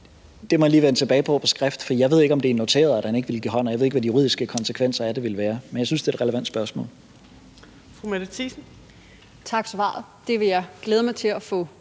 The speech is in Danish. jeg lige vende tilbage til på skrift, for jeg ved ikke, om det er noteret, at han ikke ville give hånd, og jeg ved ikke, hvad de juridiske konsekvenser af det ville være. Men jeg synes, det er et relevant spørgsmål. Kl. 14:47 Fjerde næstformand